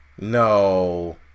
No